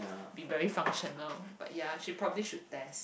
be very functional but ya should probably should test